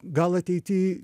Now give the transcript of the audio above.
gal ateity